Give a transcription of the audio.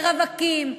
לרווקים,